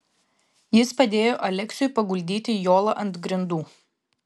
jis padėjo aleksiui paguldyti jolą ant grindų